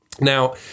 now